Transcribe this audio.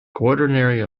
quaternary